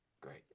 Great